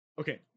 Okay